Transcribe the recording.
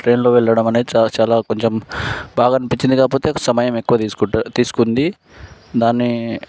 ట్రైన్లో వెళ్ళడం అనేది చాలా చాలా కొంచెం బాగా అనిపించింది కాకపోతే సమయం ఎక్కువ తీసుకుం తీసుకుంది దాన్ని